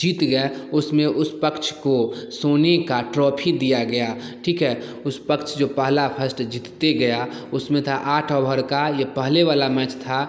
जीत गया उसमें उस पक्ष को सोने का ट्रॉफी दिया गया ठीक है उस पक्ष जो पहला फस्ट जीतते गया उसमें था आठ ओहर का ये पहले वाला मैच था